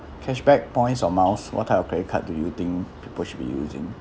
cashback points or miles what type of credit card do you think people should be using